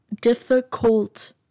difficult